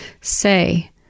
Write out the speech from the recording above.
say